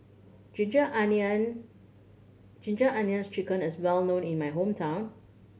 ginger onion Ginger Onions Chicken is well known in my hometown